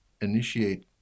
initiate